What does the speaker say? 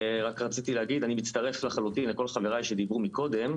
רציתי לומר שאני לחלוטין מצטרף לכל חבריי שדיברו קודם.